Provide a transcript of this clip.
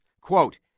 Quote